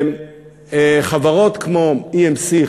וחברות כמו EMC,